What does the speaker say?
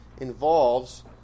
involves